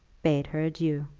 bade her adieu.